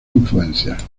influencias